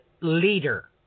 leader